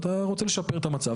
אתה רוצה לשפר את המצב,